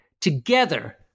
together